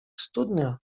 studnia